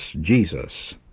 Jesus